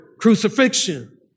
crucifixion